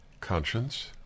conscience